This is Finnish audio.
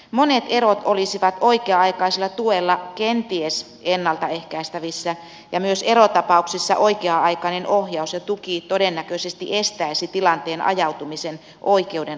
monet erot olisivat oikea aikaisella tuella kenties ennalta ehkäistävissä ja myös erotapauksissa oikea aikainen ohjaus ja tuki todennäköisesti estäisi tilanteen ajautumisen oikeuden ratkaistavaksi